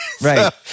Right